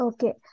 Okay